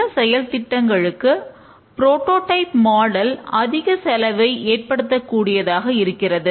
சில செயல் திட்டங்களுக்கு புரோடோடைப் மாடல் அதிக செலவை ஏற்படுத்தக் கூடியதாக இருக்கிறது